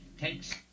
takes